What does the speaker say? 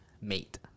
mate